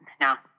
Now